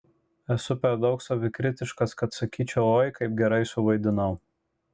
esu per daug savikritiškas kad sakyčiau oi kaip gerai suvaidinau